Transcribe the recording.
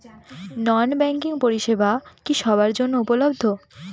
নন banking পরিষেবা কি সবার জন্য উপলব্ধ?